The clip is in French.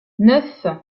neuf